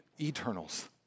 eternals